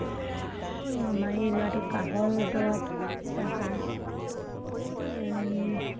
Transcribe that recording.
আমাৰ এই ল'ৰাটো কাঁহৰ দৰৱ তাৰপা